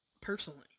personally